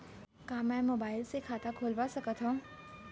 का मैं मोबाइल से खाता खोलवा सकथव?